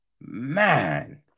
Man